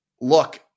Look